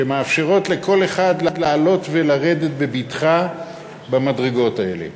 שמאפשרים לכל אחד לעלות ולרדת בבטחה במדרגות האלה.